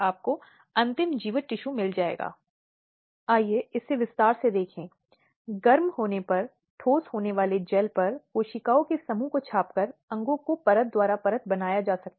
पति या पति के ससुराल वालों के खिलाफ और उन्हें अधिनियम की धारा 498 ए के तहत दंडित किया जाएगा